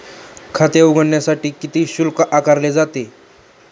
खाते उघडण्यासाठी किती शुल्क आकारले जाते?